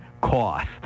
Cost